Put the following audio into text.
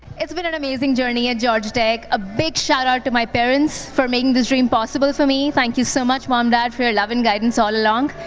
it's been an amazing journey at georgia tech. a big shout-out to my parents for making this dream possible for me. thank you so much, mom, dad, for your love and guidance all along.